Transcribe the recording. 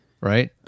right